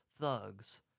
thugs